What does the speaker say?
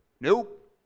Nope